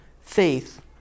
faith